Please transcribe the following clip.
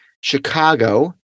Chicago